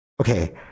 okay